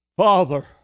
Father